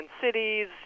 cities